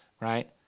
right